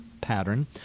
pattern